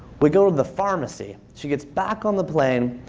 we go to the pharmacy. she gets back on the plane.